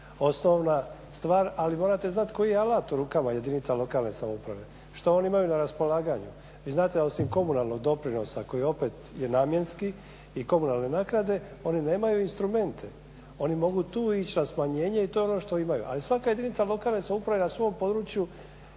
osnovna stvar, ali morate znati koji alat u rukama jedinice lokalne samouprave, što oni imaju na raspolaganju. Vi znate, osim komunalnog doprinosa koji opet je namjenski i komunalne naknade, oni nemaju instrumente, oni mogu tu ići na smanjenje i to je ono što imaju. Ali svaka jedinica lokalne samouprave na svom području